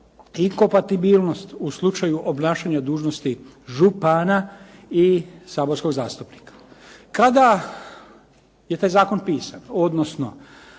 inkopatibilnost u slučaju obnašanja dužnosti župana i saborskog zastupnika. Kada je taj zakon pisan, odnosno